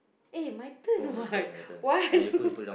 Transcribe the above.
eh my turn [what] why are you